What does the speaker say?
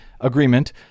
agreement